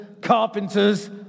carpenters